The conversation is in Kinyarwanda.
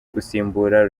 gusimbura